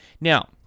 Now